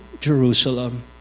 Jerusalem